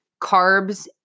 carbs